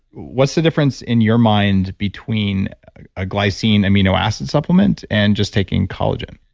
what's the difference in your mind between a glycine amino acid supplement, and just taking collagen?